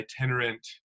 itinerant